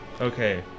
Okay